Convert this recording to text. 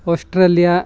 Australia